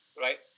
right